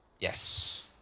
Yes